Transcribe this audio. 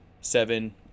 seven